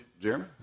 Jeremy